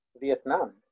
Vietnam